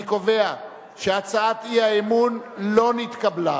אני קובע שהצעת האי-אמון לא נתקבלה.